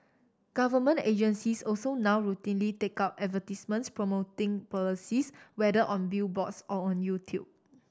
government agencies also now routinely take out advertisements promoting policies whether on billboards or on YouTube